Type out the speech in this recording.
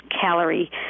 calorie